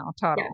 total